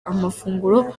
amafunguro